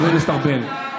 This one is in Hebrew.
חבר הכנסת ארבל,